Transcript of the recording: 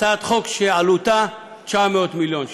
הצעת חוק שעלותה 900 מיליון ש"ח.